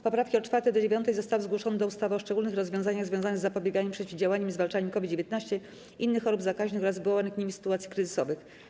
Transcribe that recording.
Poprawki od 4. do 9. zostały zgłoszone do ustawy o szczególnych rozwiązaniach związanych z zapobieganiem, przeciwdziałaniem i zwalczaniem COVID-19, innych chorób zakaźnych oraz wywołanych nimi sytuacji kryzysowych.